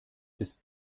bis